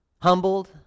humbled